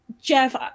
Jeff